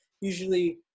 usually